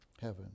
heaven